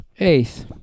Eighth